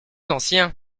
anciens